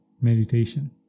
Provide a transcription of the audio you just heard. meditation